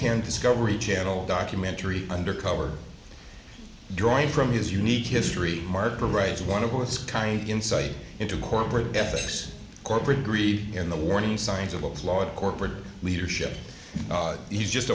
ten discovery channel documentary undercover drawing from his unique history mark parades one of course kind insight into corporate ethics corporate greed in the warning signs of a flawed corporate leadership he's just